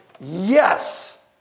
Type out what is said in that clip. yes